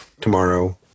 tomorrow